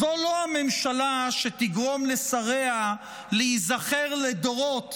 זו לא הממשלה שתגרום לשריה להיזכר לדורות